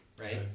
right